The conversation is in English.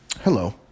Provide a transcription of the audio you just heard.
Hello